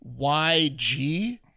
YG